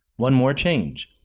one more change,